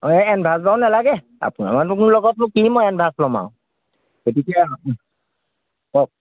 অঁ এডভাঞ্চ বাৰু নেলাগে আপোনালোকৰ লগতনো মই কি এডভাঞ্চ ল'ম আৰু গতিকে কওক